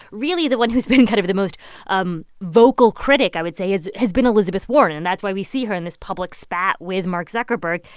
really the one who's been kind of the most um vocal critic i would say has been elizabeth warren. and that's why we see her in this public spat with mark zuckerberg.